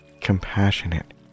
compassionate